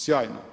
Sjajno.